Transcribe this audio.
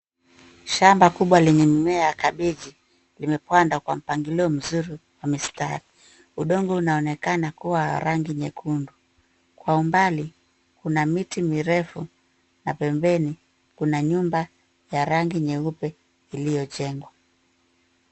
Shamba kubwa lenye mimea ya kabeji limepanda kwa mpangilio mzuri wa mistari, udongo unaonekana kuwa rangi nyekundu. Kwa umbali, kuna miti mirefu na pembeni, kuna nyumba ya rangi nyeupe iliyojengwa.